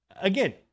again